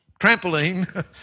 trampoline